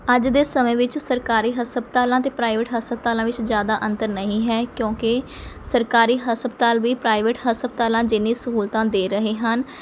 ਅੱਜ ਦੇ ਸਮੇਂ ਵਿੱਚ ਸਰਕਾਰੀ ਹਸਪਤਾਲਾਂ ਤੇ ਪ੍ਰਾਈਵੇਟ ਹਸਪਤਾਲਾਂ ਵਿੱਚ ਜ਼ਿਆਦਾ ਅੰਤਰ ਨਹੀਂ ਹੈ ਕਿਉਂਕਿ ਸਰਕਾਰੀ ਹਸਪਤਾਲ ਵੀ ਪ੍ਰਾਈਵੇਟ ਹਸਪਤਾਲਾਂ ਜਿੰਨੀ ਸਹੂਲਤਾਂ ਦੇ ਰਹੇ ਹਨ